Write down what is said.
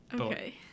okay